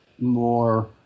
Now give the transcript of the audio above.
more